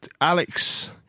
Alex